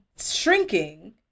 shrinking